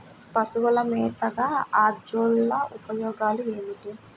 పశువుల మేతగా అజొల్ల ఉపయోగాలు ఏమిటి?